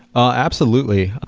ah absolutely.